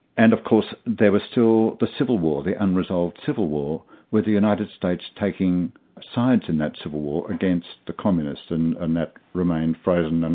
and of course there were still the civil war, the unresolved civil war, with the united states taking sides in that civil war against the communists, and and that remained frozen, and